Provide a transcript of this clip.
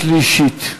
ושלישית.